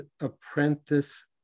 apprentice